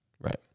Right